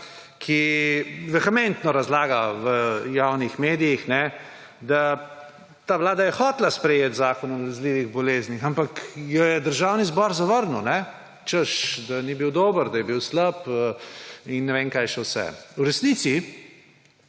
ki vehementno razlaga v javnih medijih, da je ta vlada hotela sprejeti zakon o nalezljivih boleznih, ampak jo je Državni zbor zavrnil, češ, da ni bil dober, da je bil slab in ne vem kaj še vse. V resnici